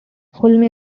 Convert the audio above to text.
hulme